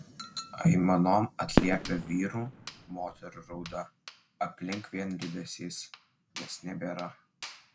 aimanom atliepia vyrų moterų rauda aplink vien liūdesys nes nebėra